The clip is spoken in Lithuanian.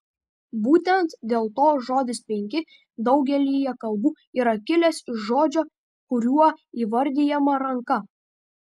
būtent dėl to žodis penki daugelyje kalbų yra kilęs iš žodžio kuriuo įvardijama ranka